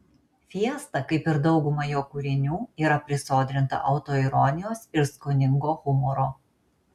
fiesta kaip ir dauguma jo kūrinių yra prisodrinta autoironijos ir skoningo humoro